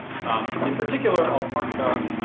and in particular, i'll talk about,